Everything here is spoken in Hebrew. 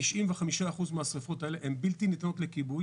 95% מהשריפות האלה הן בלתי ניתנות לכיבוי